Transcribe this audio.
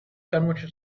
convention